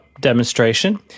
demonstration